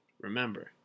Remember